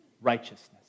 Righteousness